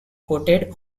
coated